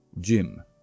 Jim